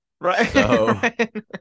Right